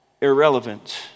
irrelevant